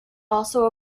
also